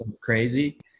crazy